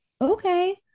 okay